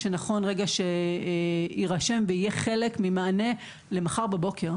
שנכון שיירשם ויהיה חלק ממענה למחר בבוקר,